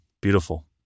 beautiful